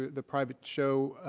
the private show